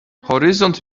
horyzont